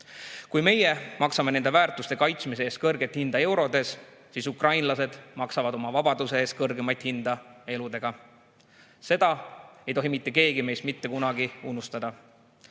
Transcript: Kui meie maksame nende väärtuste kaitsmise eest kõrget hinda eurodes, siis ukrainlased maksavad oma vabaduse eest kõrgeimat hinda – eludega. Seda ei tohi mitte keegi meist mitte kunagi unustada. Täna